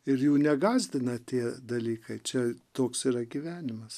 ir jų negąsdina tie dalykai čia toks yra gyvenimas